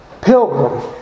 Pilgrim